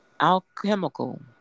alchemical